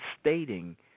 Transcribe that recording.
stating